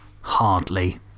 hardly